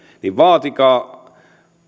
niin vaatikaa